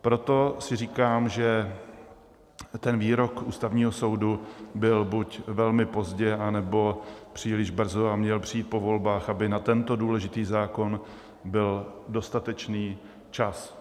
Proto si říkám, že ten výrok Ústavního soudu byl buď velmi pozdě, anebo příliš brzo a měl přijít po volbách, aby na tento důležitý zákon byl dostatečný čas.